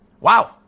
Wow